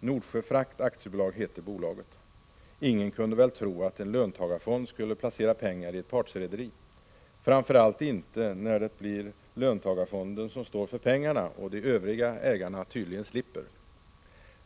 Nordsjöfrakt AB heter bolaget. Ingen kunde väl tro att en löntagarfond skulle placera pengar i ett partsrederi? Framför allt inte när det blir löntagarfonden som står för pengarna, och de övriga ägarna tydligen slipper.